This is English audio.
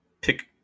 pick